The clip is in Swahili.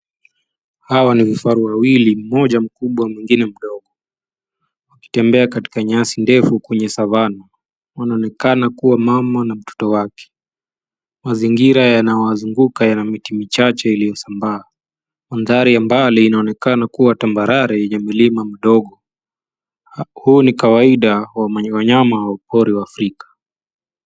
Hawa ni vifaru wawili, mmoja mkubwa mwingine mdogo wakitembea katika nyasi ndefu kwenye savana. Wanaonekana kuwa mama na mtoto wake. Mazingira yanawazunguka yana miti michache iliyosambaa. Mandhari ya mbali inaonekana kuwa tambarare yenye mlima mdogo. Huu ni kawaida wa wanyama wa pori wa Afrika.